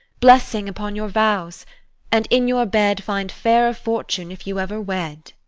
blessing upon your vows and in your bed find fairer fortune, if you ever wed!